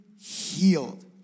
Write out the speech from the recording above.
healed